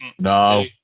No